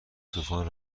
طوفان